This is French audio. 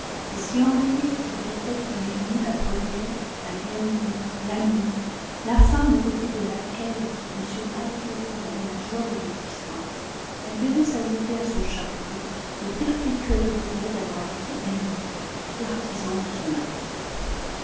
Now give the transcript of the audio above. et si henriette devait être l'élue la première la bien-aimée l'amie la femme aux côtés de laquelle m knightley trouverait la joie de l'existence elle verrait s'ajouter à son chagrin le perpétuel regret d'avoir été elle-même l'artisan de son malheur